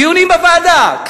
דיונים בוועדה,